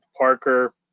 Parker